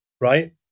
right